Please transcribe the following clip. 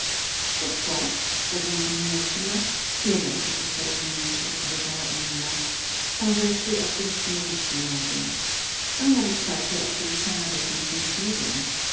przez płaszcz przez chustkę nie rozumiem wcale tych wyrażeń odpowiedziała emina wiem tylko że są rzeczy o których ci mówić nie mogę niektóre nawet są takie o których sama dotąd nic nie wiem